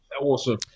Awesome